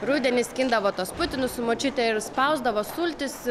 rudenį skindavo tuos putinus su močiute ir spausdavo sultis